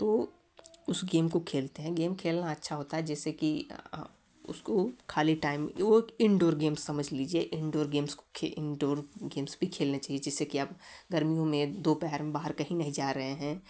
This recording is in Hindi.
तो उस गेम को खेलते हैं गेम खेलना अच्छा होता है जैसे कि उसको खाली टाइम वो इनडोर गेम समझ लीजिए इनडोर गेम्स को इनडोर गेम्स भी खेलने चाहिए जैसे कि अब गर्मियों में दोपहर में बाहर कहीं नहीं जा रहे हैं